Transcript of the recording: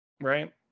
right